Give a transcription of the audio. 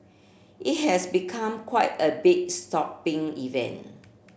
it has become quite a big shopping event